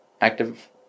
active